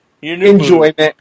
enjoyment